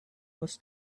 was